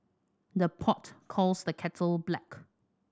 the pot calls the kettle black